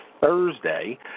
Thursday